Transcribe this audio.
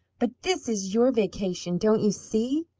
but this is your vacation, don't you see?